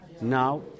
now